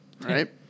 right